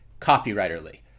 copywriterly